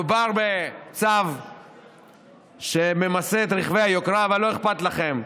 מדובר בצו שממסה את רכבי היוקרה, אבל לא אכפת לכם,